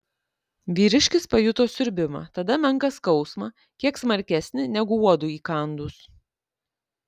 vyriškis pajuto siurbimą tada menką skausmą kiek smarkesnį negu uodui įkandus